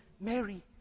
Mary